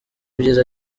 byiza